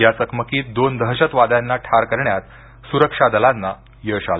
या चकमकीत दोन दहशतवाद्यांना ठार करण्यात सुरक्षा दलांना यश आलं